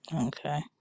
Okay